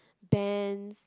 bands